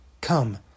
Come